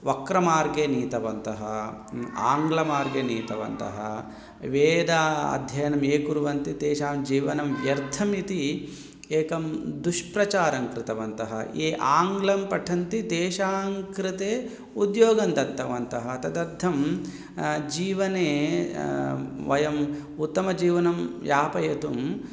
वक्रमार्गे नीतवन्तः आङ्ग्लमार्गे नीतवन्तः वेदाध्ययनं ये कुर्वन्ति तेषां जीवनं व्यर्थमिति एकं दुष्प्रचारं कृतवन्तः ये आङ्ग्लं पठन्ति तेषां कृते उद्योगं दत्तवन्तः तदर्थं जीवने वयम् उत्तमजीवनं यापयितुम्